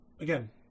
again